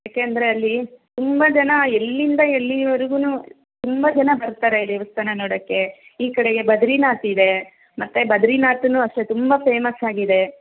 ಯಾಕೆ ಅಂದರೆ ಅಲ್ಲಿ ತುಂಬ ಜನ ಎಲ್ಲಿಂದ ಎಲ್ಲಿವರೆಗೂ ತುಂಬ ಜನ ಬರ್ತಾರೆ ದೇವಸ್ಥಾನ ನೋಡೋಕ್ಕೆ ಈ ಕಡೆಗೆ ಬದ್ರಿನಾಥ್ ಇದೆ ಮತ್ತೆ ಬದ್ರಿನಾಥನು ಅಷ್ಟೇ ತುಂಬ ಫೇಮಸ್ಸಾಗಿದೆ